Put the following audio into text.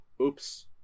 oops